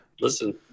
Listen